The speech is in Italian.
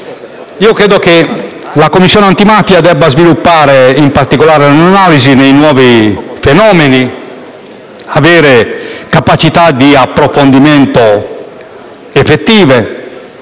Credo che la Commissione antimafia debba, in particolare, sviluppare l'analisi dei nuovi fenomeni, avere capacità di approfondimento effettive,